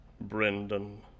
Brendan